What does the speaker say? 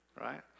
right